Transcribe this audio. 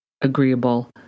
agreeable